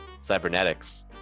cybernetics